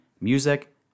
music